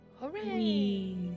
Hooray